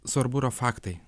svarbu yra faktai